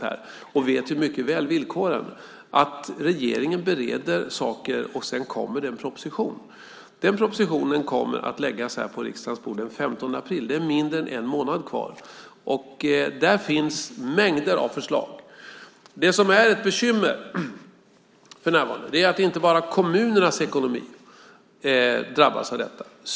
Hon vet därför mycket väl villkoren nämligen att regeringen bereder saker och att det sedan kommer en proposition. Den kommer att läggas på riksdagens bord den 15 april. Det är mindre än en månad kvar. Där finns mängder av förslag. Det som är ett bekymmer för närvarande är att inte bara kommunernas ekonomi drabbas av detta.